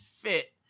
fit